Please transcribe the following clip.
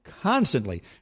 Constantly